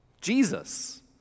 Jesus